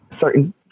certain